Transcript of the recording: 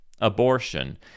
abortion